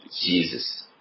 Jesus